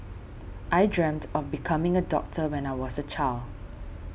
I dreamt of becoming a doctor when I was a child